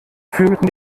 fühlten